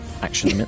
action